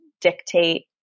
dictate